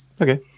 Okay